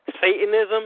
Satanism